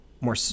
more